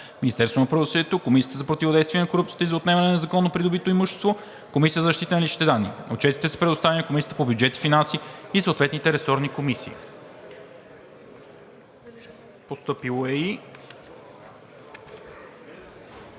Министерството на правосъдието, Комисията за противодействие на корупцията и за отнемане на незаконно придобитото имущество, Комисията за защита на личните данни. Отчетите са предоставени на Комисията по бюджет и финанси и съответните ресорни комисии. Постъпило е и